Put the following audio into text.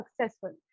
successful